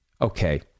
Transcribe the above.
Okay